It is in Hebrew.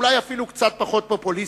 אולי אפילו קצת פחות פופוליסטי,